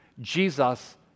Jesus